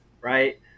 Right